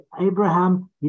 Abraham